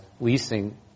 leasing